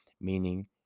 meaning